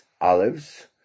olives